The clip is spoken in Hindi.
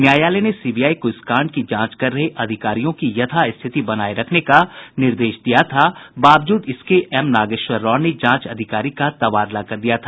न्यायालय ने सीबीआई को इस कांड की जांच कर रहे अधिकारियों की यथास्थिति बनाये रखने का निर्देश दिया था बावजूद इसके एम नागेश्वर राव ने जांच अधिकारी का तबादला कर दिया था